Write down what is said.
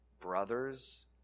Brothers